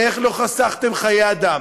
איך לא חסכתם חיי אדם?